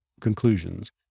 conclusions